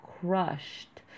crushed